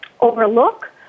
overlook